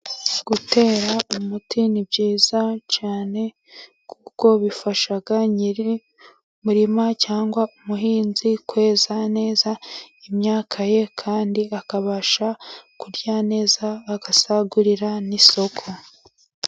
Gutera umuti ni byiza cyane kuko bifasha nyir'umurima cyangwa umuhinzi kweza neza imyaka ye, kandi akabasha kurya neza agasagurira n'isoko.